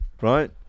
right